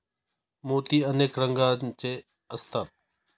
मोती अनेक रंगांचे असतात